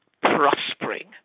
prospering